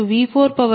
0 p